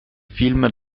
film